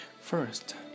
First